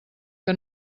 que